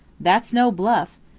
that's no bluff.